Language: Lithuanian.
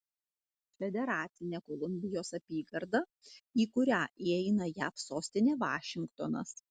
federacinė kolumbijos apygarda į kurią įeina jav sostinė vašingtonas